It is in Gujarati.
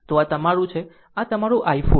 તો આ તમારું છે આ તમારું i4 છે